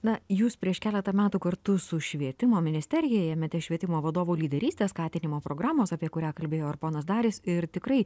na jūs prieš keletą metų kartu su švietimo ministerija ėmėte švietimo vadovų lyderystės skatinimo programos apie kurią kalbėjo ar ponas darius ir tikrai